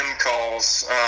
calls